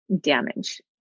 damage